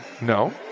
No